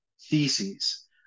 theses